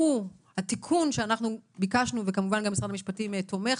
התיקון שאנחנו ביקשנו וכמובן גם משרד המשפטים תומך